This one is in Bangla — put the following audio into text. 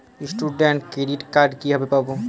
স্টুডেন্ট ক্রেডিট কার্ড কিভাবে পাব?